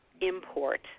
import